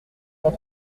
cent